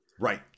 Right